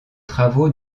travaux